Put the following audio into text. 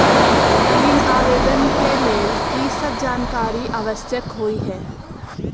ऋण आवेदन केँ लेल की सब जानकारी आवश्यक होइ है?